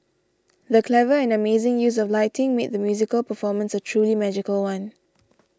the clever and amazing use of lighting made the musical performance a truly magical one